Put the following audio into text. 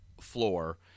floor